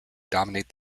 dominate